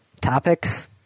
topics